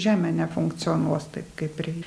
žemė nefunkcionuos taip kaip rei